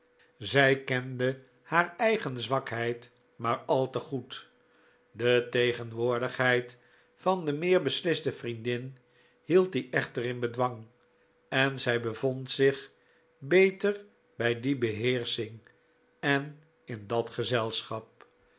zij kende haar eigen zwakheid maar al te goed de tegenwoordigheid van de meer besliste vriendin hield die echter in bedwang en zij bevond zich beter bij die beheersching en in dat gezelschap